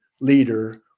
leader